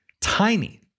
tiny